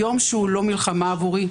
יום שהוא לא מלחמה עבורי.